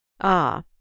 Ah